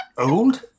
Old